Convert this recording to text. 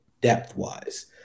depth-wise